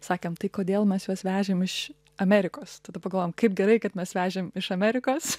sakėm tai kodėl mes juos vežėm iš amerikos tada pagalvojom kaip gerai kad mes vežėm iš amerikos